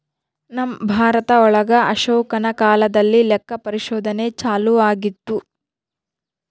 ನಮ್ ಭಾರತ ಒಳಗ ಅಶೋಕನ ಕಾಲದಲ್ಲಿ ಲೆಕ್ಕ ಪರಿಶೋಧನೆ ಚಾಲೂ ಆಗಿತ್ತು